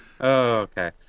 Okay